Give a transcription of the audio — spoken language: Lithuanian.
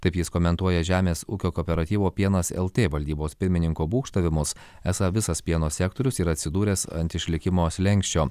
taip jis komentuoja žemės ūkio kooperatyvo pienas lt valdybos pirmininko būgštavimus esą visas pieno sektorius yra atsidūręs ant išlikimo slenksčio